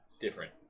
different